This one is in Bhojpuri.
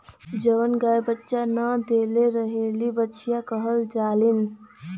जवन गाय बच्चा न देले रहेली बछिया कहल जाली